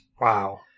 Wow